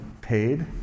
paid